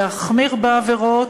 להחמיר בעבירות,